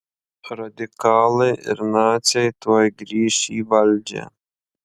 radikalai ir naciai tuoj grįš į valdžią